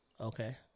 Okay